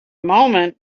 moment